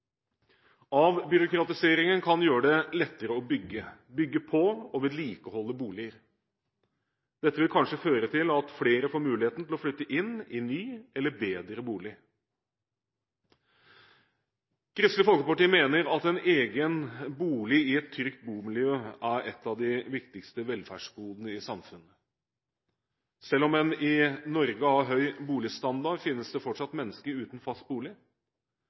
agendaen. Avbyråkratiseringen kan gjøre det lettere å bygge, bygge på og vedlikeholde boliger. Dette vil kanskje føre til at flere får muligheten til å flytte inn i ny eller bedre bolig. Kristelig Folkeparti mener at en egen bolig i et trygt bomiljø er et av de viktigste velferdsgodene i samfunnet. Selv om en i Norge har høy boligstandard, finnes det fortsatt mennesker uten fast bolig.